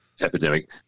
epidemic